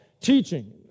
teaching